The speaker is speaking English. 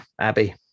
Abby